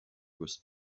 was